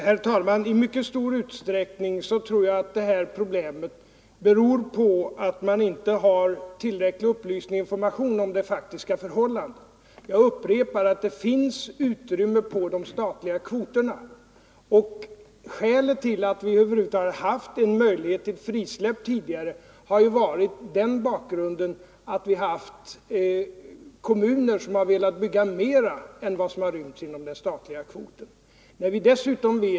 Herr talman! I mycket stor utsträckning tror jag att detta problem beror på att man inte har tillräcklig upplysning och information om det 15 faktiska förhållandet. Jag upprepar att det finns utrymme på de statliga kvoterna. Skälet till att vi över huvud taget haft en möjlighet till frisläpp tidigare har varit att vi haft kommuner som velat bygga mera än vad som ryms inom den statliga kvoten.